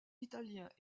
italiens